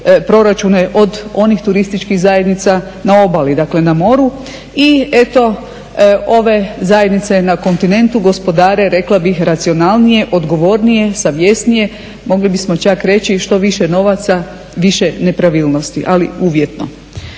proračune od onih turističkih zajednica na obali, dakle na moru. I eto ove zajednice na kontinentu gospodare rekla bih racionalnije, odgovornije, savjesnije, mogli bismo čak reći što više novaca više nepravilnosti, ali uvjetno.